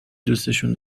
دوسشون